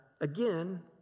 again